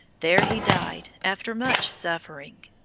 there he died after much suffering.